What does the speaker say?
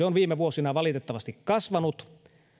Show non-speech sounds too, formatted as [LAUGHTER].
[UNINTELLIGIBLE] on viime vuosina valitettavasti kasvanut